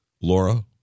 Laura